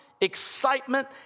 excitement